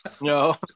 No